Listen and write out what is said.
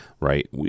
right